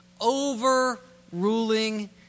overruling